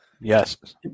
yes